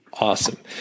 awesome